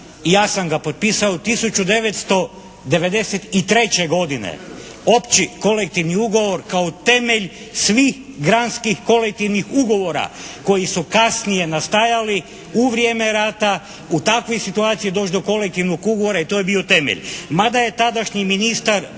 ja sam ga potpisao 1993. godine, Opći kolektivni ugovor kao temelj svih granskih kolektivnih ugovora koji su kasnije nastajali u vrijeme rata u takvoj situaciji doći do kolektivnog ugovora i to je bio temelj.